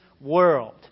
world